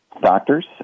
doctors